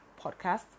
podcast